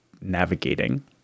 navigating